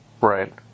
Right